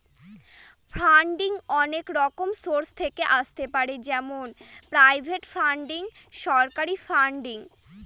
funding অনেক রকমের source থেকে আসতে পারে যেমন প্রাইভেট ফান্ডিং, সরকারি ফান্ডিং